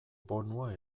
bonua